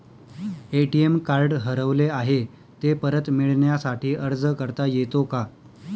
ATM card हरवले आहे, ते परत मिळण्यासाठी अर्ज करता येतो का?